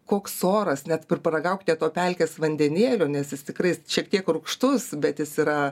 koks oras net paragaukite to pelkės vandenėlio nes jis tikrai jis šiek tiek rūgštus bet jis yra